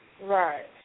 Right